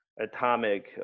atomic